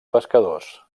pescadors